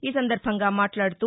ఈ సందర్బంగా మాట్లాదుతూ